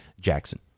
Jackson